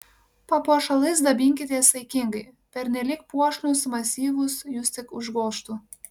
papuošalais dabinkitės saikingai pernelyg puošnūs masyvūs jus tik užgožtų